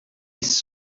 his